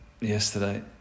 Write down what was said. yesterday